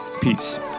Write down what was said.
Peace